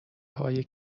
های